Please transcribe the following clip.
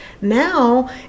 now